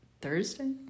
Thursday